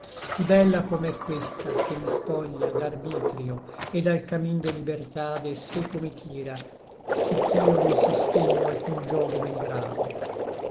sí bella com'è questa che mi spoglia d'arbitrio et dal camin de libertade seco mi tira sí ch'io non sostegno alcun giogo men grave